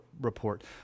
report